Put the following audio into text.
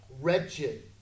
wretched